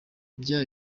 byaba